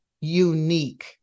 unique